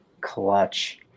Clutch